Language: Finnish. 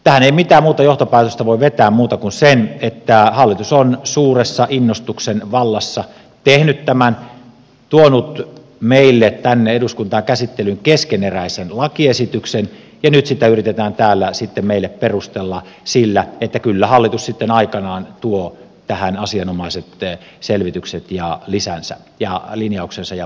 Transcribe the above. tästä ei mitään muuta johtopäätöstä voi vetää kuin sen että hallitus on suuressa innostuksen vallassa tehnyt tämän tuonut meille tänne eduskuntaan käsittelyyn keskeneräisen lakiesityksen ja nyt sitä sitten yritetään täällä meille perustella sillä että kyllä hallitus sitten aikanaan tuo tähän asianomaiset selvitykset ja lisänsä ja linjauksensa ja päätöksensä